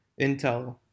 intel